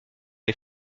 les